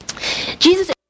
Jesus